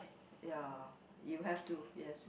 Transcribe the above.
ya you have to yes